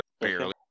Barely